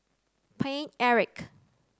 Paine Eric